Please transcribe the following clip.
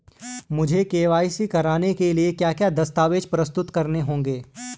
मुझे के.वाई.सी कराने के लिए क्या क्या दस्तावेज़ प्रस्तुत करने होंगे?